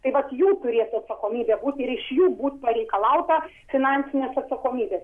taip vat jų turėtų atsakomybė būt ir iš jų būt pareikalauta finansinės atsakomybės